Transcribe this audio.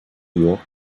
york